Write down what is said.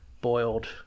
boiled